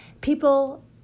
People